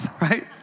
right